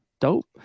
Dope